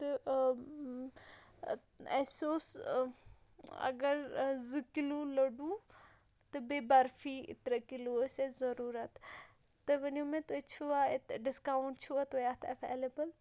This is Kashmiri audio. تہٕ اَسہِ اوس اگر زٕ کِلوٗ لوٚڈوٗ تہٕ بیٚیہِ برفی ترٛےٚ کِلوٗ ٲسۍ اَسہِ ضٔروٗرَت تُہۍ ؤنِو مےٚ تُہۍ چھُوا اَتہِ ڈِسکاوُنٛٹ چھُوا تۄہہِ اَتھ اٮ۪وٮ۪لیبٕل